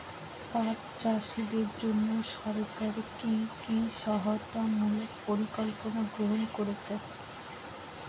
পাট চাষীদের জন্য সরকার কি কি সহায়তামূলক পরিকল্পনা গ্রহণ করেছে?